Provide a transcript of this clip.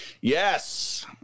Yes